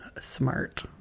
smart